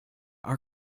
are